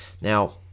now